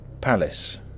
Palace